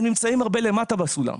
הם נמצאים הרבה למטה בסולם.